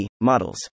models